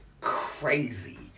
crazy